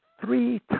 three